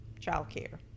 childcare